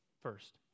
first